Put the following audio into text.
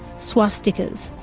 swastikas,